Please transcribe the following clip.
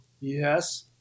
yes